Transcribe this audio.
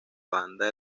banda